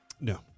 No